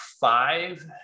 five